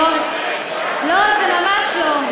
לא, זה ממש לא.